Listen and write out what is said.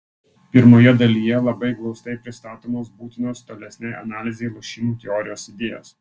pirmoje dalyje labai glaustai pristatomos būtinos tolesnei analizei lošimų teorijos idėjos